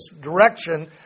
direction